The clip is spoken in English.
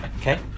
okay